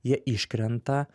jie iškrenta